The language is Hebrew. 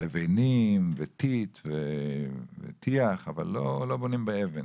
רק לבנים וטיט וטיח, אבל לא בונים באבן.